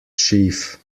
chief